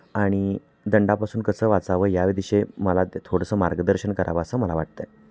आणि दंडापासून कसं वाचावं या विषयी मला थोडंसं मार्गदर्शन करावं असं मला वाटतं आहे